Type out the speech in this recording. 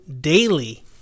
daily